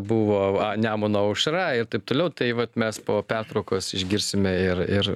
buvo nemuno a aušra ir taip toliau tai vat mes po pertraukos išgirsime ir ir